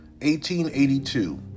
1882